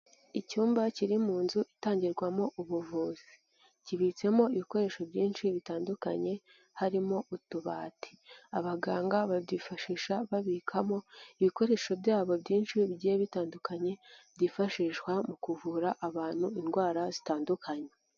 Icyumba kiri mu nzu itangirwamo ubuvuzi. Kibitsemo ibikoresho byinshi bitandukanye harimo utubati. Abaganga babyifashisha babikamo ibikoresho byabo byinshi bigiye bitandukanye, byifashishwa mu kuvura abantu indwara zitandukanye.